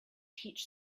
teach